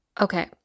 Okay